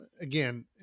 again